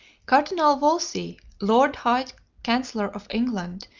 cardinal wolsey, lord high chancellor of england,